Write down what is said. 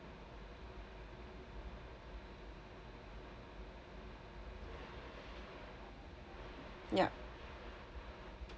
yup